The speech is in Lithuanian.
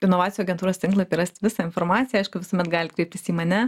inovacijų agentūros tinklapy rasit visą informaciją aišku visuomet galit kreiptis į mane